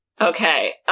Okay